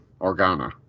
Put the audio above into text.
Organa